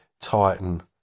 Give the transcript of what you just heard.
Titan